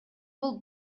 бул